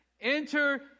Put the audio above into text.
enter